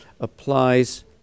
applies